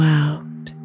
out